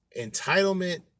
entitlement